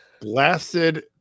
blasted